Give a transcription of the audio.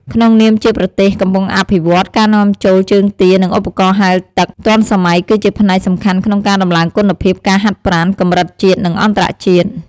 ក្នុងនាមជាប្រទេសកំពុងអភិវឌ្ឍ ការនាំចូលជើងទា និងឧបករណ៍ហែលទឹកទាន់សម័យគឺជាផ្នែកសំខាន់ក្នុងការដំឡើងគុណភាពការហាត់ប្រាណកម្រិតជាតិ និងអន្តរជាតិ។